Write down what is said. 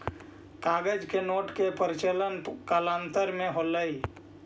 कागज के नोट के प्रचलन कालांतर में होलइ